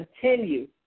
continue